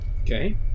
Okay